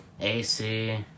AC